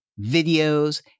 videos